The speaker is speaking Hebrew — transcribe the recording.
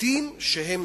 הפרטים שהם